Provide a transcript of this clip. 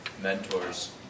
mentors